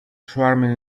swarming